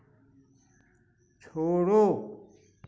छोड़ो